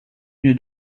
une